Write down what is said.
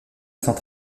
sans